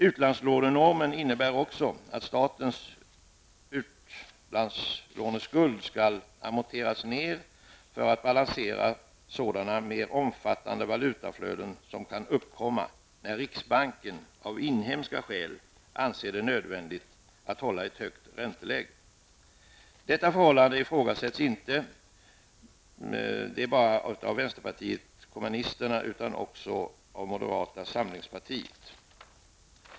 Utlandslånenormen innebär också att statens utlandslåneskuld skall amorteras ned för att balansera sådana mer omfattande valutaflöden som kan uppkomma när riksbanken av inhemska skäl anser det nödvändigt att ha ett högt ränteläge. Detta förhållande ifrågasätts inte bara av vänsterpartiet utan också av moderata samlingspartiet.